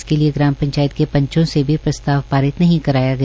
इसके लिए ग्राम पंचायत के पंचों से भी प्रस्ताव पारित नहीं कराया गया